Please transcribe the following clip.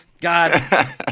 God